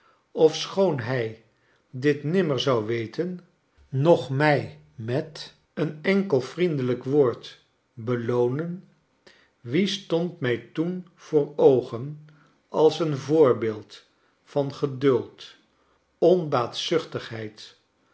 ofschoon hij dit nimmer zou weten noch mij met een enkel vriendelijk woord beloonen wie stond mij toen voor oogen als een voorbeeld van geduld